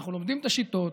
אנחנו לומדים את השיטות,